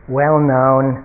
well-known